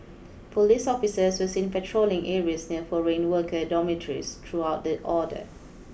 police officers were seen patrolling areas near foreign worker dormitories throughout the all day